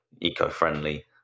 eco-friendly